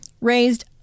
raised